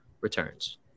returns